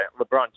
LeBron